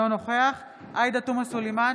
אינו נוכח עאידה תומא סלימאן,